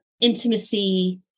intimacy